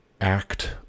act